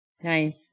Nice